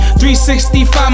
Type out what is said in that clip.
365